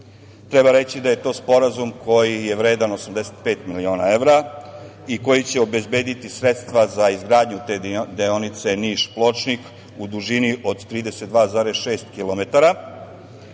Treba reći da je to Sporazum koji je vredan 85 miliona evra i koji će obezbediti sredstva za izgradnju te deonice Niš-Pločnik u dužini od 32,6 kilometara.